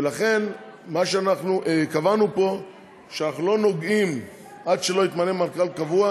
ולכן קבענו פה שעד שלא יתמנה מנכ"ל קבוע